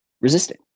resisting